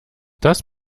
das